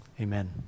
Amen